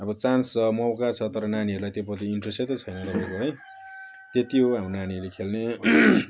अब चान्स छ मौका छ तर नानीहरूलाई त्यो प्रति इन्ट्रेसै त छैन तपाईँको है त्यही हो हाम्रो नानीहरूले खेल्ने